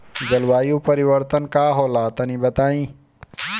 जलवायु परिवर्तन का होला तनी बताई?